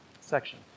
section